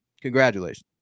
Congratulations